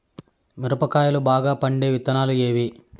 మిరప కాయలు బాగా పండే విత్తనాలు ఏవి